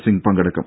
സിംഗ് പങ്കെടുക്കും